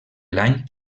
l’any